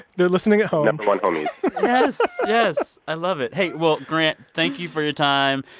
they're listening at home. no. one homies yes. yes. i love it. hey, well, grant, thank you for your time.